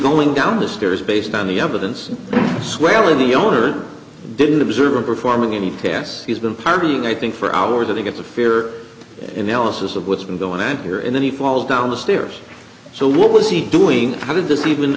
going down the stairs based on the evidence scale of the owner didn't observe of performing any tests he's been partying i think for hours i think it's a fair analysis of what's been going on here and then he falls down the stairs so what was he doing how did th